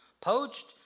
Poached